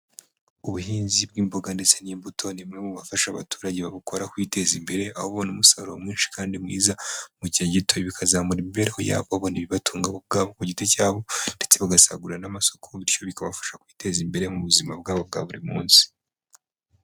Ubuhinzi bw'imboga ndetse n'imbuto ni bimwe mu bafasha abaturage babukora kwiteza imbere, aho ubona umusaruro mwinshi kandi mwiza mu gihe gito bikazamura imibereho yabo ngo bibatunga ubwabo ku giti cyabo ndetse bagasagurira n'amasoko bityo bikabafasha kwiteza imbere mu buzima bwabo bwa buri munsi.